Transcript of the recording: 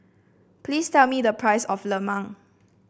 please tell me the price of lemang